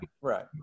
Right